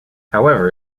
however